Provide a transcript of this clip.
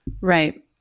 Right